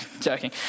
joking